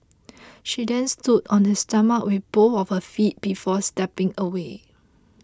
she then stood on his stomach with both of her feet before stepping away